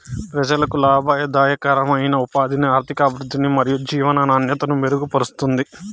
ప్రజలకు లాభదాయకమైన ఉపాధిని, ఆర్థికాభివృద్ధిని మరియు జీవన నాణ్యతను మెరుగుపరుస్తుంది